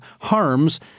harms